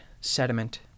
sediment